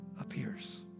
appears